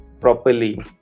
properly